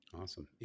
Awesome